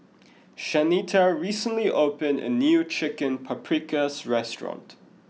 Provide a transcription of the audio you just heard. Shanita recently opened a new Chicken Paprikas restaurant